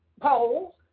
polls